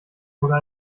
oder